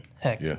heck